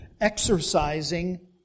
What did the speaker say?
exercising